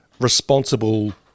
responsible